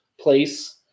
place